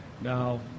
Now